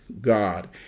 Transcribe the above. God